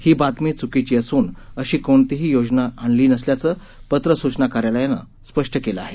ही बातमी चुकीची असून अशी कोणतीही योजना आणली नसल्याचं पत्र सूचना कार्यालयानं स्पष्ट केलं आहे